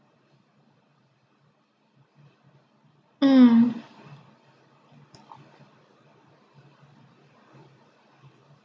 mm